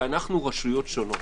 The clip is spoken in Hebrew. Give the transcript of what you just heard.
כי אנחנו רשויות שונות.